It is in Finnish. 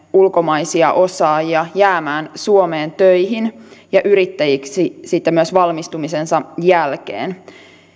ulkomaisia osaajia jäämään suomeen töihin ja yrittäjiksi sitten myös valmistumisensa jälkeen